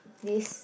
this